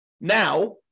now